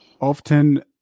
Often